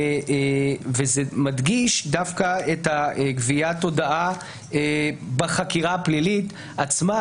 זה מדגיש דווקא את גביית ההודעה בחקירה הפלילית עצמה